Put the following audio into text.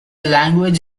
language